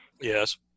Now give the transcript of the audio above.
yes